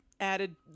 added